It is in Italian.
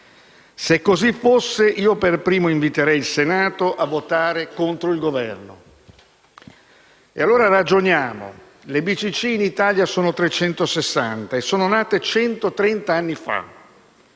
Se così fosse, io per primo inviterei il Senato a votare contro il Governo. Ragioniamo: le BCC in Italia sono 360 e sono nate centotrenta